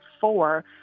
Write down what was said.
four